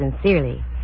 sincerely